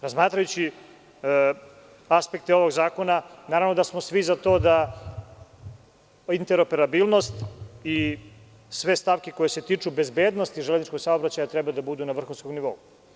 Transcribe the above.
Razmatrajući aspekte ovog zakona, naravno da smo svi za to da interoperabilnost i sve stavke koje se tiču bezbednosti železničkog saobraćaja treba da budu na vrhunskom nivou.